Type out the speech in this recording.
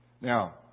Now